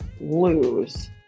lose